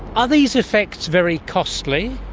are these effects very costly?